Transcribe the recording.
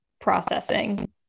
processing